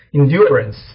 endurance